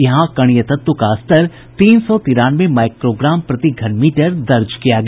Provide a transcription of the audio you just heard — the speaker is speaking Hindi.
यहां कणीय तत्व का स्तर तीन सौ तिरानवे माइक्रकोग्राम प्रति घन मीटर दर्ज किया गया